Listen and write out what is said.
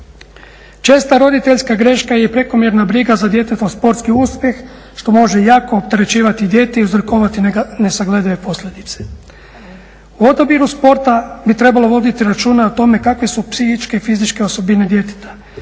Česta roditeljska greška je i prekomjerna briga za djetetov sportski uspjeh što može jako opterećivati dijete i uzrokovati nesagledive posljedice. U odabiru sporta bi trebalo voditi računa o tome kakve su psihičke i fizičke osobine djeteta.